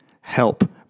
help